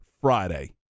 Friday